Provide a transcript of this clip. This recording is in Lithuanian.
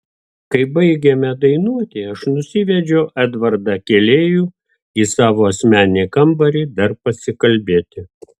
kai baigėme dainuoti aš nusivedžiau edvardą kėlėjų į savo asmeninį kambarį dar pasikalbėti